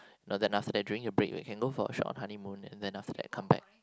no then after that during your break we can go for a short honeymoon and then after that come back